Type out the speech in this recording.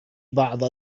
بعض